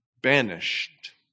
Banished